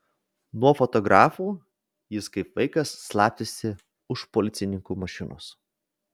nuo fotografų jis kaip vaikas slapstėsi už policininkų mašinos